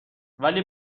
ولی